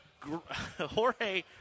Jorge